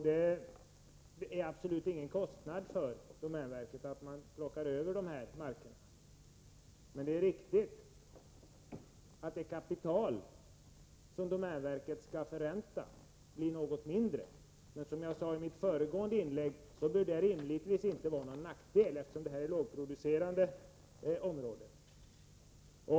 Det är absolut ingen kostnad för domänverket att plocka över de marker som det gäller. Däremot är det riktigt att det kapital som domänverket skall förränta därigenom blir något mindre. Men som jag sade i mitt föregående inlägg bör detta rimligtvis inte vara någon nackdel, eftersom det handlar om lågproducerande områden.